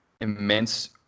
immense